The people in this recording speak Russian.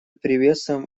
приветствуем